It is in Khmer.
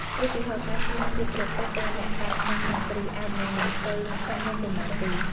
ឧទាហរណ៍ ការជូនរូបព្រះពុទ្ធដល់អ្នកកាន់សាសនាគ្រិស្ត អាចនឹងមិនសូវសមរម្យប៉ុន្មានទេ។